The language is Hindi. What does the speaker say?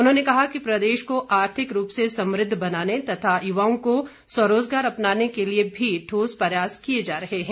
उन्होंने कहा कि प्रदेश को आर्थिक रूप से समृद्ध बनाने तथा युवाओं को स्वरोजगार अपनाने के लिए भी ठोस प्रयास किए जा रहे हैं